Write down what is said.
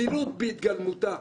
זילות בהתגלמותה.